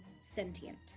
sentient